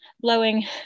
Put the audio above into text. blowing